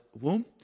womb